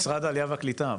משרד העלייה והקליטה,